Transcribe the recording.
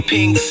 Pink